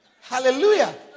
Hallelujah